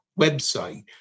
website